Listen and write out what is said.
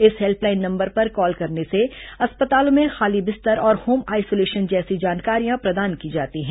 इस helpline number पर call करने से अस्पतालों में खाली बिस्तर और होम आइसोलेशन जैसी जानकारियां प्रदान की जाती हैं